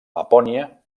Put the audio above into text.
lapònia